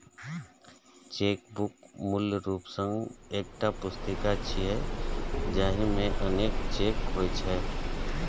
chequebook मूल रूप सं एकटा पुस्तिका छियै, जाहि मे अनेक चेक होइ छै